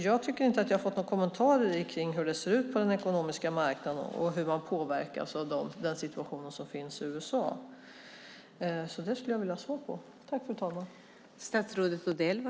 Jag tycker inte att jag har fått några kommentarer om hur det ser ut på den ekonomiska marknaden och hur man påverkas av den situation som finns i USA. Det skulle jag vilja ha svar på.